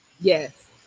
Yes